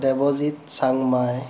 Debajit Changmai